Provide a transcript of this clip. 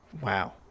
Wow